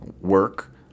work